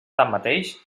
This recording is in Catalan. tanmateix